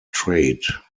trade